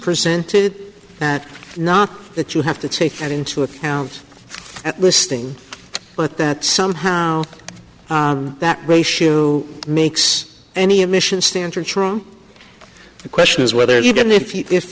presented that not that you have to take that into account at listing but that somehow that ratio makes any admission standards wrong the question is whether you didn't if you if